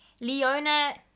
Leona